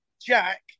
Jack